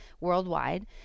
worldwide